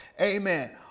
Amen